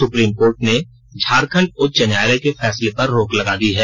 supreme court ने झारखंड उच्च न्यायालय के फैसले पर रोक लगा दी है